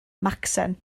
macsen